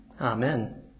amen